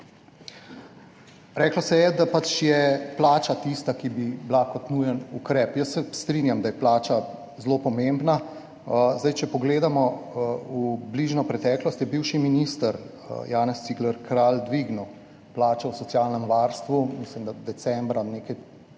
Reklo se je, da je plača tista, ki bi bila nujen ukrep. Jaz se strinjam, da je plača zelo pomembna. Če pogledamo v bližnjo preteklost, je bivši minister Janez Cigler Kralj dvignil plačo v socialnem varstvu, mislim, da decembra, nekaj